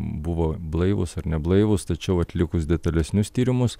buvo blaivūs ar neblaivūs tačiau atlikus detalesnius tyrimus